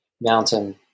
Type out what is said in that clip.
mountain